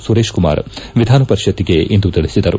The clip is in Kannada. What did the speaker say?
ಸುರೇಶ್ಕುಮಾರ್ ವಿಧಾನ ಪರಿಷತ್ತಿಗಿಂದು ತಿಳಿಸಿದರು